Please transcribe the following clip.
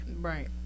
Right